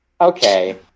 Okay